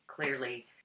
Clearly